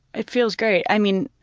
it feels great. i mean,